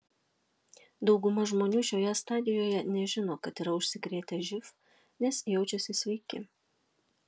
dauguma žmonių šioje stadijoje nežino kad yra užsikrėtę živ nes jaučiasi sveiki